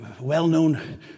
well-known